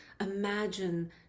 imagine